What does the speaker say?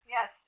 Yes